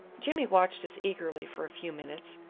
jimmy watched us eagerly for a few minutes,